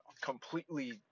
completely